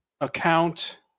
account